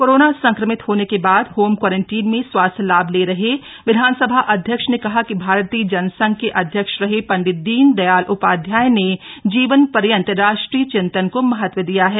corona संक्रमित होने के बाद होम क्वारंटीन में स्वास्थ्य लाभ ले रहे विधानसभा अध्यक्ष ने कहा कि भारतीय जन संघ के अध्यक्ष रहे पंडित दीनदयाल उपाध्याय ने जीवन पर्यत राष्ट्रीय चिंतन को महत्व दिया है